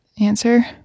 answer